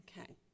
Okay